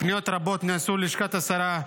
היו פניות רבות ללשכת השרה,